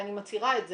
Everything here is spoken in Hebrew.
ואני מצהירה את זה,